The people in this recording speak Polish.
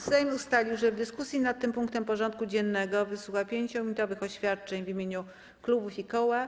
Sejm ustalił, że w dyskusji nad tym punktem porządku dziennego wysłucha 5-minutowych oświadczeń w imieniu klubów i koła.